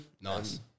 Nice